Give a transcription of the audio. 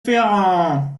ferrand